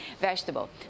vegetable